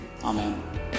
Amen